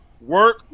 work